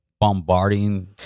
bombarding